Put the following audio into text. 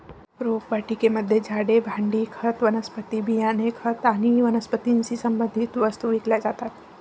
रोपवाटिकेमध्ये झाडे, भांडी, खत, वनस्पती बियाणे, खत आणि वनस्पतीशी संबंधित वस्तू विकल्या जातात